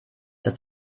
dass